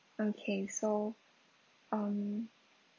okay so um